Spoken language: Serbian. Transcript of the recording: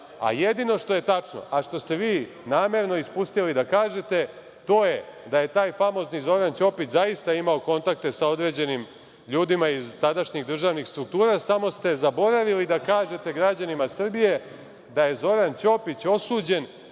jedino što je tačno, a što ste vi namerno ispustili da kažete, to je da je taj famozni Zoran Ćopić zaista imao kontakte sa određenim ljudima iz tadašnjih državnih struktura, samo ste zaboravili da kažete građanima Srbije da je Zoran Ćopić osuđen